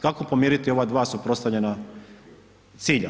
Kako pomiriti ova dva suprotstavljena cilja?